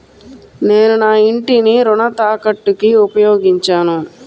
నేను నా ఇంటిని రుణ తాకట్టుకి ఉపయోగించాను